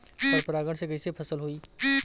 पर परागण से कईसे फसल होई?